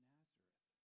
Nazareth